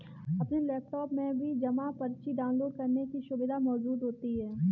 अपने लैपटाप में भी जमा पर्ची डाउनलोड करने की सुविधा मौजूद होती है